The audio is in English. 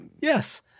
yes